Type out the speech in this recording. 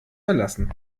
verlassen